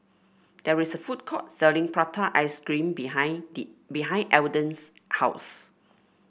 there is a food court selling Prata Ice Cream behind behind Elden's house